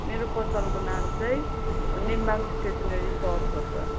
मेरो पसलको नाम चाहिँ नेम्बाङ स्टेसनरी सप हो त